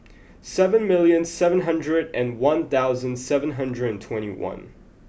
seven million seven hundred and one thousand seven hundred and twenty one